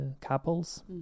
couples